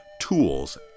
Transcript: tools